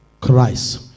Christ